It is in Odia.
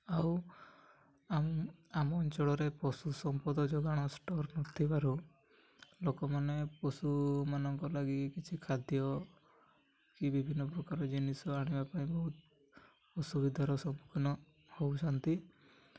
ଆଉ ଆମ ଅଞ୍ଚଳରେ ପଶୁ ସମ୍ପଦ ଯୋଗାଣ ଷ୍ଟୋର୍ ନୁଥିବାରୁ ଲୋକମାନେ ପଶୁମାନଙ୍କ ଲାଗି କିଛି ଖାଦ୍ୟ କି ବିଭିନ୍ନ ପ୍ରକାର ଜିନିଷ ଆଣିବା ପାଇଁ ବହୁତ ଅସୁବିଧାର ସମ୍ମୁଖୀନ ହେଉଛନ୍ତି